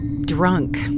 drunk